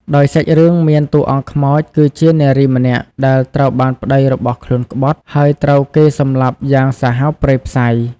ដោយសាច់រឿង មានតួអង្គខ្មោចគឺជានារីម្នាក់ដែលត្រូវបានប្ដីរបស់ខ្លួនក្បត់ ហើយត្រូវគេសម្លាប់យ៉ាងសាហាវព្រៃផ្សៃ។